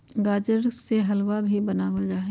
गाजर से हलवा भी बनावल जाहई